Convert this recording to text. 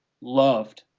loved